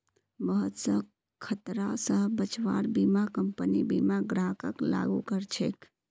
बहुत स खतरा स बचव्वार बीमा कम्पनी बीमा ग्राहकक लागू कर छेक